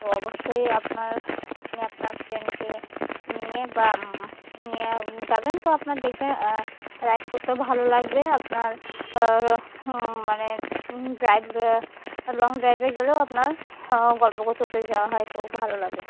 তো অবশ্যই আপনার আপনি আপনার ফ্রেন্ডকে নিয়ে বা নিয়ে যাবেন তো আপনার দেখবেন রাইড করতেও ভালো লাগবে আপনার আর মানে ড্রাইভ বা লং ড্রাইভে গেলেও আপনার গল্প করতে করতে যাওয়া হয় তো ভালো লাগে